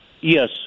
Yes